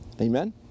Amen